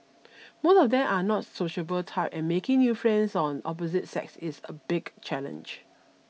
most of them are not sociable type and making new friends on opposite sex is a big challenge